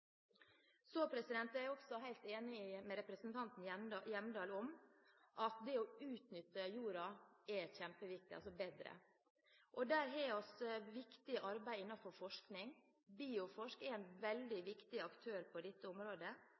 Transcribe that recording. Så er jeg også helt enig med representanten Hjemdal i at det å utnytte jorda bedre er kjempeviktig. Der har vi viktig arbeid innenfor forskning. Bioforsk er en veldig viktig aktør på dette området,